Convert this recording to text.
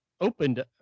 Opened